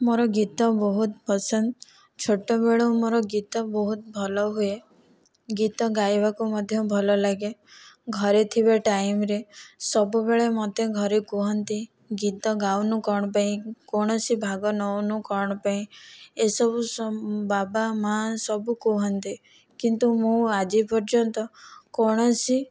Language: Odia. ମୋର ଗୀତ ବହୁତ ପସନ୍ଦ ଛୋଟବେଳୁ ମୋର ଗୀତ ବହୁତ ଭଲ ହୁଏ ଗୀତ ଗାଇବାକୁ ମଧ୍ୟ ଭଲଲାଗେ ଘରେ ଥିବା ଟାଇମ୍ରେ ସବୁବେଳେ ମୋତେ ଘରେ କହନ୍ତି ଗୀତ ଗାଉନାହୁଁ କ'ଣ ପାଇଁ କୌଣସି ଭାଗ ନେଉନାହୁଁ କ'ଣ ପାଇଁ ଏସବୁ ବାବା ମା' ସବୁ କହନ୍ତି କିନ୍ତୁ ମୁଁ ଆଜି ପର୍ଯ୍ୟନ୍ତ କୌଣସି